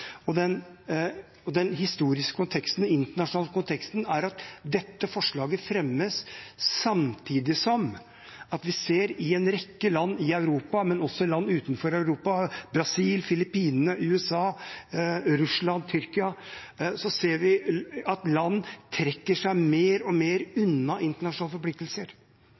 Den historiske konteksten, den internasjonale konteksten, er at dette forslaget fremmes samtidig som vi i en rekke land i Europa, men også i land utenfor Europa – Brasil, Filippinene, USA, Russland, Tyrkia – ser at land trekker seg mer og mer unna internasjonale forpliktelser.